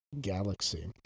galaxy